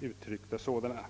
markanta problem i den vägen.